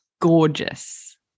gorgeous